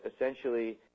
essentially